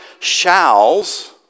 shalls